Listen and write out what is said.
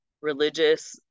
religious